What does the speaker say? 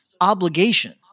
obligation